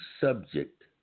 subject